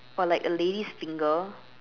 or like a lady's finger